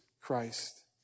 Christ